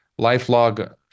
LifeLog